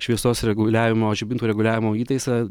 šviesos reguliavimo žibintų reguliavimo įtaisą